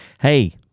Hey